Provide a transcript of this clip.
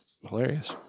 hilarious